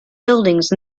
buildings